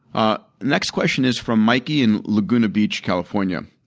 ah next question is from mikey in laguna beach, california.